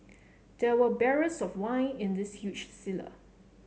there were barrels of wine in the huge cellar